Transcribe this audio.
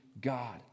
God